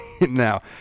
now